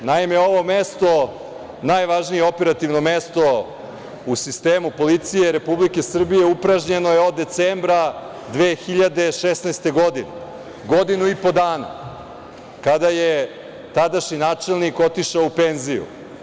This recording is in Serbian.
Naime, ovo mesto, najvažnije operativno mesto u sistemu policije Republike Srbije, upražnjeno je od decembra 2016. godine, godinu i po dana, kada je tadašnji načelnik otišao u penziju.